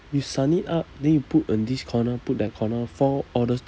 you 散 it up then you put in this corner put that corner four orders